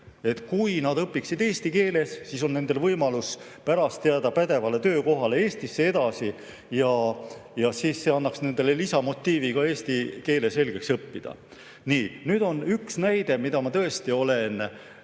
Kui nad õpiksid eesti keeles, siis oleks nendel võimalus pärast jääda pädevale töökohale Eestisse edasi ja siis see annaks nendele lisamotiivi ka eesti keel selgeks õppida. Nüüd on üks näide, mida ma tõesti olen